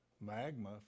magma